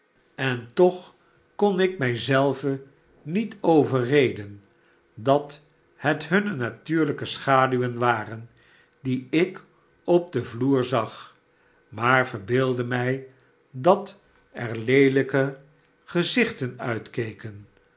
en toch kon ik mij zelven niet overreden dat het hunne natuurlijke schaduwen waren die ik op den vloer zag maar verbeeldde mij dat er leelijke gezichten uitkeken